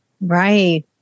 Right